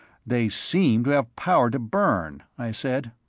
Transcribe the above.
they seem to have power to burn, i said.